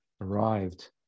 arrived